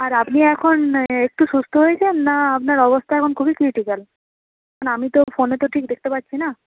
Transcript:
আর আপনি এখন একটু সুস্থ হয়েছেন না আপনার অবস্থা এখন খুবই ক্রিটিকাল না আমি তো ফোনে তো ঠিক দেখতে পাচ্ছি না